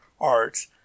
arts